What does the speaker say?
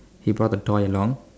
he brought the toy along